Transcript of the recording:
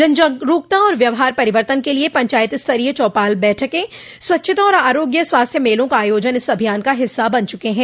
जन जागरूकता और व्यवहार परिवर्तन के लिये पंचायत स्तरीय चौपाल बैठकें स्वच्छता और आरोग्य स्वास्थ्य मेलों का आयोजन इस अभियान का हिस्सा बन चुके हैं